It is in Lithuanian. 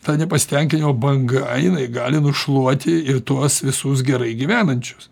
tą nepasitenkinimo banga jinai gali nušluoti ir tuos visus gerai gyvenančius